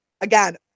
again